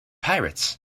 pirates